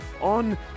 on